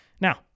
now